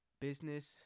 business